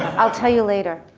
i'll tell you later.